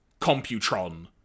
Computron